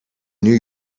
new